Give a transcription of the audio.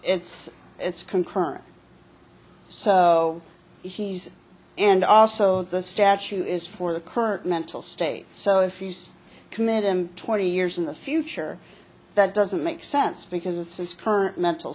and it's concurrent so he's and also the statue is for the current mental state so if you just commit him twenty years in the future that doesn't make sense because it's his current mental